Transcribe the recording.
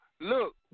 Look